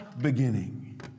beginning